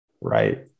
Right